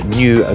new